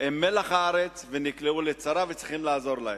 מלח הארץ ונקלעו לצרה וצריך לעזור להם.